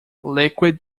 liquid